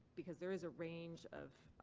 because there is a range of.